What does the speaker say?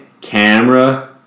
camera